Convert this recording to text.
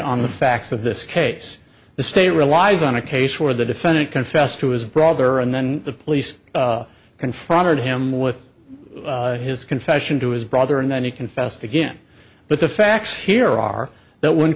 on the facts of this case the state relies on a case where the defendant confessed to his brother and then the police confronted him with his confession to his brother and then he confessed again but the facts here are that w